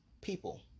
people